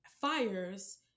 fires